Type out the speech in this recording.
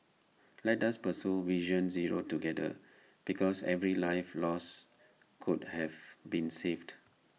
let us pursue vision zero together because every life lost could have been saved